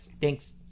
thanks